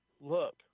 look